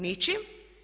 Ničim.